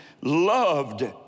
loved